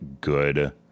good